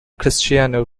cristiano